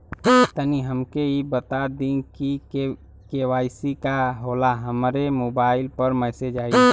तनि हमके इ बता दीं की के.वाइ.सी का होला हमरे मोबाइल पर मैसेज आई?